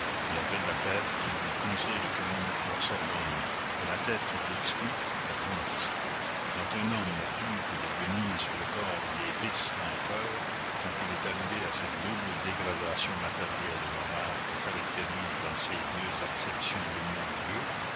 il appelle la tête qui lui conseille le crime la sorbonne et la tête qui l'expie la tronche quand un homme n'a plus que des guenilles sur le corps et des vices dans le coeur quand il est arrivé à cette double dégradation matérielle et morale que caractérise dans ses deux acceptions le mot gueux